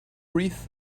wreath